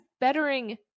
bettering